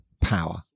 power